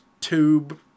tube